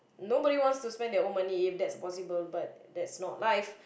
nobody wants to spend their own money if that's possible but that's not life